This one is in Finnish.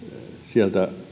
sieltä